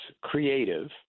creative